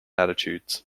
attitudes